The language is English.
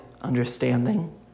understanding